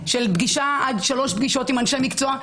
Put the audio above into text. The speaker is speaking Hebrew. של פגישה עד שלוש פגישות עם אנשי מקצוע,